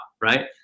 right